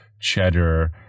cheddar